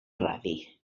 radi